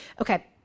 Okay